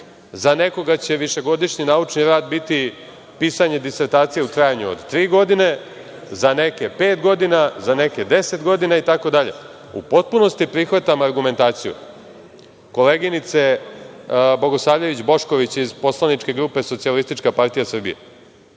za nekoga će višegodišnji naučni rad biti pisanje disertacije u trajanju od tri godine, za neke pet godina, za neke deset godina itd. U potpunosti prihvatam argumentaciju koleginice Bogosavljević Bošković iz poslaničke grupe SPS. Dakle, zaista postoje